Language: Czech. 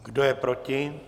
Kdo je proti?